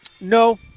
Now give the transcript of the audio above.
no